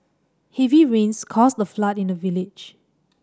heavy rains caused the flood in the village